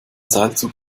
seilzug